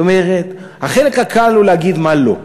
זאת אומרת, החלק הקל הוא להגיד מה לא.